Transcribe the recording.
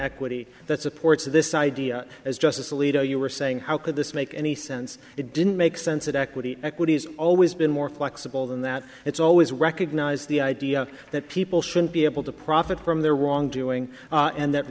equity that supports this idea as justice alito you were saying how could this make any sense it didn't make sense that equity equity has always been more flexible than that it's always recognized the idea that people shouldn't be able to profit from their wrongdoing and that